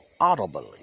audibly